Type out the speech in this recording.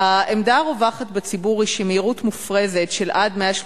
העמדה הרווחת בציבור היא שמהירות מופרזת של עד 130